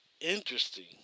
interesting